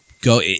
go